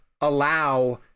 allow